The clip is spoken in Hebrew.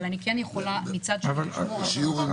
אבל אני כן יכולה מצד שני לשמור --- אנחנו בשיעור הנדסה,